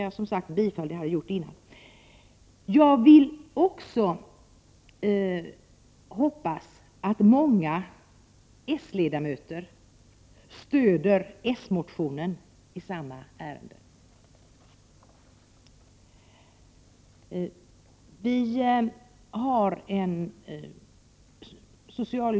Jag hoppas att många s-ledamöter stöder s-motionen i detta ärende.